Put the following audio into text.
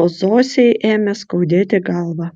o zosei ėmė skaudėti galvą